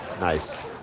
Nice